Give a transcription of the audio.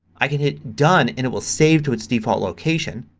i can hit done and it will save to it's default location.